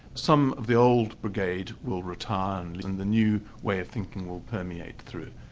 some of the old brigade will retire and the new way of thinking will permeate through.